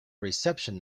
reception